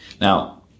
Now